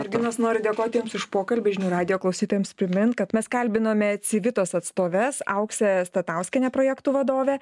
merginos noriu dėkoti jums už pokalbį žinių radijo klausytojams primint kad mes kalbinome civitos atstoves auksę statauskienę projektų vadovę